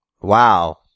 Wow